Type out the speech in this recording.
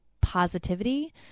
positivity